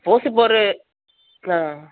suppose இப்போ ஒரு ஆ